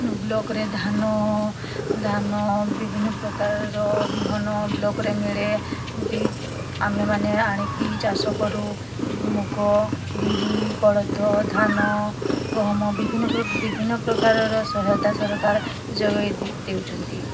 ବ୍ଲକ୍ରେ ଧାନ ଧାନ ବିଭିନ୍ନ ପ୍ରକାରର ବିହନ ବ୍ଲକ୍ରେ ମିଳେ ଏମତି ଆମେମାନେ ଆଣିକି ଚାଷ କରୁ ମୁଗ ବିରି କୋଳଥ ଧାନ ଗହମ ବିଭିନ୍ନ ପ୍ରକାରର ସହାୟତା ସରକାର ଯୋଗାଇ ଦେଉଛନ୍ତି